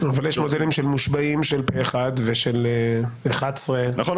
אבל יש מודלים של מושבעים של פה אחד ושל 11. נכון,